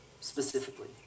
specifically